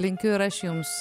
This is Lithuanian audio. linkiu ir aš jums